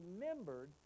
remembered